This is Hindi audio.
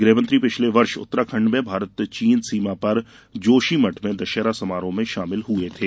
गृहमंत्री पिछले वर्ष उत्तराखंड में भारत चीन सीमा पर जोशीमठ में दशहरा समारोह में शामिल हुए थे